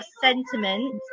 sentiment